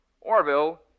Orville